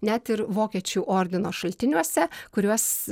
net ir vokiečių ordino šaltiniuose kuriuos